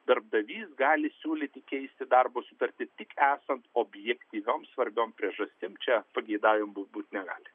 darbdavys gali siūlyti keisti darbo sutartį tik esant objektyvioms svarbiom priežastim čia pageidavimų būti negali